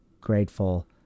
grateful